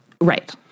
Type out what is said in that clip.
Right